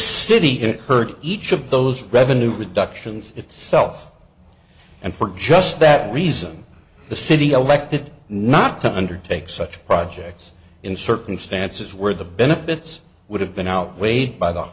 incurred each of those revenue reductions itself and for just that reason the city aleck did not to undertake such projects in circumstances where the benefits would have been outweighed by the